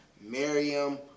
Miriam